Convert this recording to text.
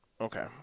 Okay